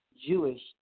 Jewish